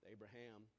Abraham